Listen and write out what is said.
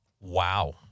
Wow